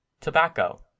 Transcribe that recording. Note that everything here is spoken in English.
Tobacco